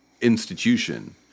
institution